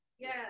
Yes